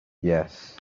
yes